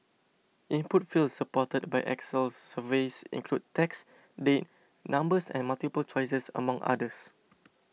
input fields supported by Excel surveys include text date numbers and multiple choices among others